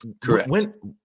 Correct